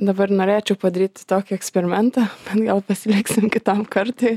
dabar norėčiau padaryti tokį eksperimentą bet gal pasiliksim kitam kartui